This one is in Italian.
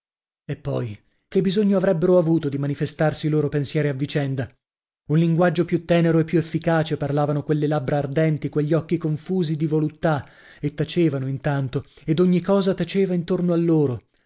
e poi che bisogno avrebbero avuto di manifestarsi i loro pensieri a vicenda un linguaggio più tenero e più efficace parlavano quelle labbra ardenti quegli occhi confusi di voluttà e tacevano intanto ed ogni cosa taceva intorno a loro